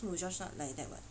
Mujosh shop like that [what]